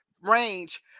range